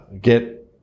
get